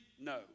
No